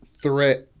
threat